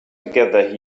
together